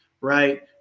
right